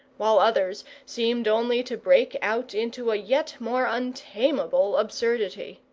while others seemed only to break out into a yet more untamable absurdity.